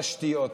תשתיות.